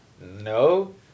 no